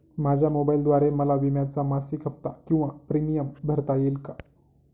माझ्या मोबाईलद्वारे मला विम्याचा मासिक हफ्ता किंवा प्रीमियम भरता येईल का?